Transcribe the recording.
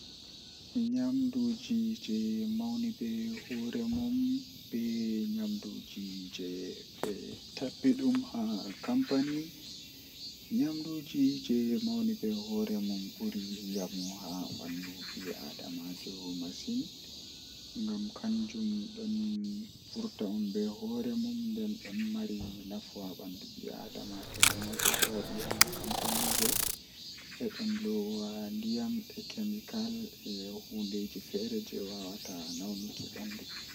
To ayidi woggago nyi'e ma aheban woodi kobe woggirta nyi'e bedon wiya dum brush, Aheba dum aheba be maklin ma don mana sabulu on amma kanjum jei woggugo nyi'e, Awada haander asofna hunduko ma be ndiyam awada brush man haa nder atokka yiggugo nyi'e ma to laabi alallita be nyidam atuta ndiyam man.